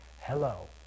Hello